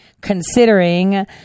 considering